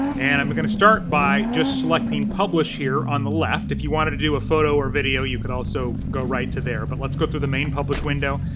and i'm gonna start by just selecting publish here on the left if you wanted to do a photo or video, you could also go right to there, but let's go to the main publish window.